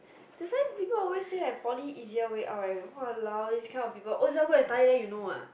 that's why people always like poly easier way out right eh !walao! this kind of people own self go and study then you know ah